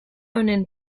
honen